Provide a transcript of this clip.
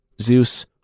Zeus